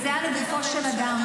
וזה היה לגופו של אדם,